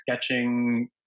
sketching